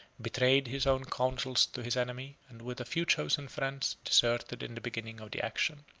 betrayed his own counsels to his enemy, and with a few chosen friends deserted in the beginning of the action.